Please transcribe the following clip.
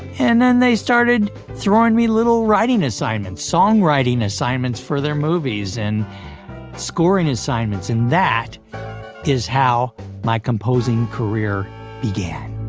and then, they started throwing me little writing assignments, song writing assignments for their movies, and scoring assignments and that is how my composing career began